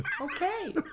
Okay